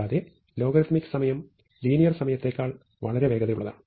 കൂടാതെ ലോഗരിഥമിക് സമയം ലീനിയർ സമയത്തേക്കാൾ വളരെ വേഗതയുള്ളതാണ്